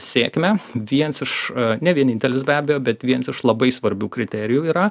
sėkmę viens iš ne vienintelis be abejo bet viens iš labai svarbių kriterijų yra